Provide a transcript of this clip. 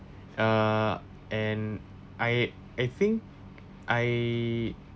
uh and I I think I